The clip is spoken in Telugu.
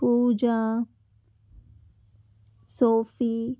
పూజా సోఫీ